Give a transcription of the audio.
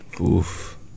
Oof